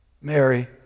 Mary